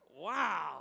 Wow